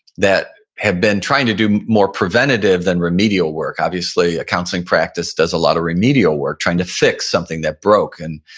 that have been trying to do more preventative than remedial work. obviously a counseling practice does a lot of remedial work. trying to fix something that broken.